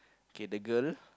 k the girl